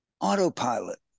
autopilot